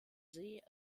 see